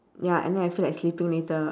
ya and then I feel like sleeping later